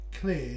clear